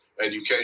education